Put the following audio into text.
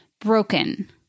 broken